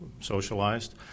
socialized